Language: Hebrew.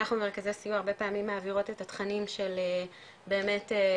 אנחנו הרבה פעמים במרכזי הסיוע מעבירות את התכנים של באמת זיהוי